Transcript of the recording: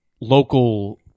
local